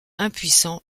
impuissant